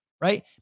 right